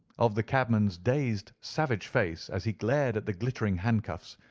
of the cabman's dazed, savage face, as he glared at the glittering handcuffs,